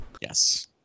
Yes